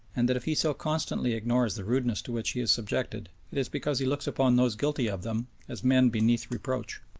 and that if he so constantly ignores the rudenesses to which he is subjected it is because he looks upon those guilty of them as men beneath reproach.